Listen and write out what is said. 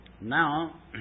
Now